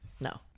No